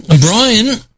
Brian